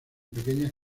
pequeñas